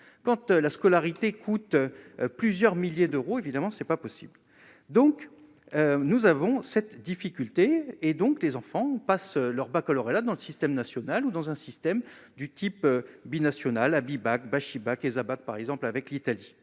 quant à la scolarité coûte plusieurs milliers d'euros évidemment ce n'est pas possible, donc nous avons cette difficulté et donc les enfants passent leur Baccalauréat dans le système national ou dans un système du type binational Abibac Bachy bac ils abattent par exemple avec l'Italie